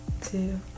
two